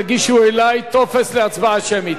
תגישו אלי טופס להצבעה שמית.